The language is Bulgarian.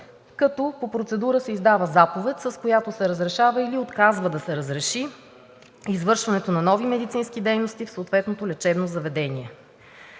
като по процедура се издава заповед, с която се разрешава или се отказва да се разреши извършването на нови медицински дейности в съответното лечебно заведение.